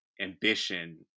ambition